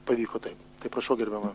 pavyko taip taip prašau gerbiama